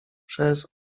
przez